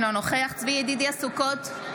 אינו נוכח צבי ידידיה סוכות,